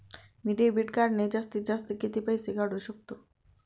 मी debit कार्डने जास्तीत जास्त किती पैसे काढू शकतो?